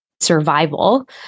survival